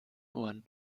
ohren